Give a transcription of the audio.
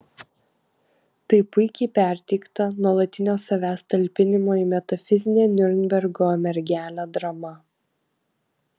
tai puikiai perteikta nuolatinio savęs talpinimo į metafizinę niurnbergo mergelę drama